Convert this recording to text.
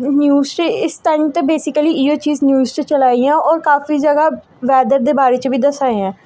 news च इस time ते बेसिकली इ'यो चीज न्यूज च चला दियां और काफी ज'गा वैदर दे बारे च बी दस्सा दे ऐं